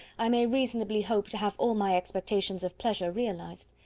i may reasonably hope to have all my expectations of pleasure realised.